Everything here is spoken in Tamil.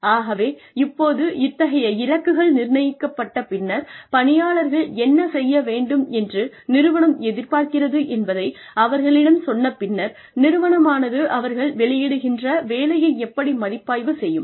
ஆகவே இப்போது இத்தகைய இலக்குகள் நிர்ணயிக்கப்பட்ட பின்னர் பணியாளர்கள் என்ன செய்ய வேண்டும் என்று நிறுவனம் எதிர்பார்க்கிறது என்பதை அவர்களிடம் சொன்ன பின்னர் நிறுவனமானது அவர்கள் வெளியிடுகின்ற வேலையை எப்படி மதிப்பாய்வு செய்யும்